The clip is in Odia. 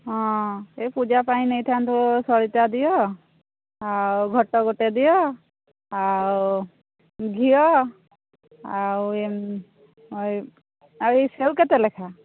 ହଁ ଏ ପୂଜା ପାଇଁ ନେଇଥାନ୍ତୁ ସଳିତା ଦିଅ ଆଉ ଘଟ ଗୋଟେ ଦିଅ ଆଉ ଘିଅ ଆଉ ଏ ସେଓ କେତେ ଲେଖା